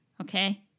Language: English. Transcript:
okay